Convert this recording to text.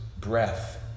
breath